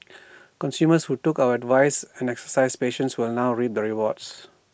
consumers who took our advice and exercised patience will now reap the rewards